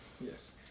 Yes